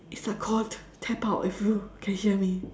it's so cold tap out if you can hear me